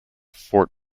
fort